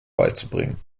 beizubringen